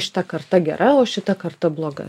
šita karta gera o šita karta bloga